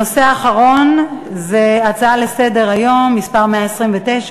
הנושא האחרון זה הצעה לסדר-היום מס' 129: